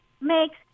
makes